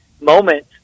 moment